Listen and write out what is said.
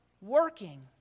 working